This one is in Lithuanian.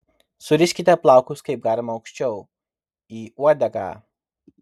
suriškite plaukus kaip galima aukščiau į uodegą